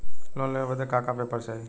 Loan लेवे बदे का का पेपर चाही?